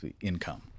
income